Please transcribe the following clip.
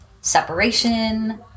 Separation